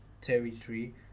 territory